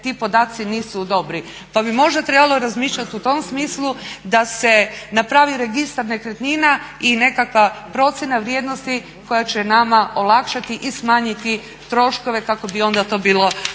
ti podaci nisu dobri, pa bi možda trebalo razmišljati u tom smislu da se napravi registar nekretnina i nekakva procjena vrijednosti koja će nama olakšati i smanjiti troškove kako bi onda to bilo